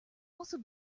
also